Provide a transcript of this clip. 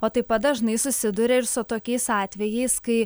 o taip pat dažnai susiduria ir su tokiais atvejais kai